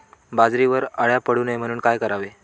बाजरीवर अळ्या पडू नये म्हणून काय करावे?